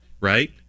right